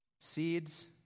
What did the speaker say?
Seeds